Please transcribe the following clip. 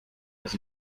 dass